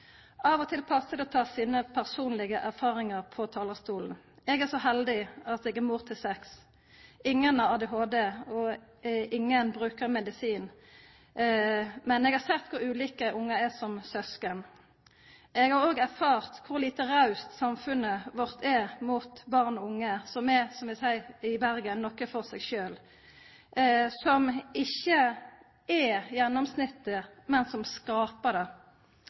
Av og til passar det å ta sine personlege erfaringar med på talarstolen. Eg er så heldig at eg er mor til seks. Ingen av dei har ADHD, og ingen brukar medisin. Men eg har sett kor ulike ungar er som sysken. Eg har òg erfart kor lite raust samfunnet vårt er mot barn og unge som er, som vi seier i Bergen, «nåkke for seg sjøl», som ikkje er som gjennomsnittet, men som skapar det,